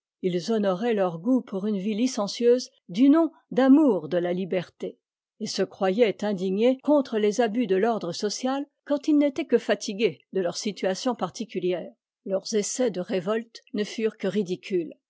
ils honoraient ieur goût pour une vie licencieuse du nom d'amour de la liberté et se croyaient indignés contre les abus de l'ordre social quand ils n'étaient que fatigués de leur situation particulière leurs essais de révolte ne furent que ridicules